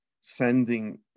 sending